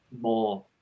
more